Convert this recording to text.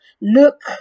Look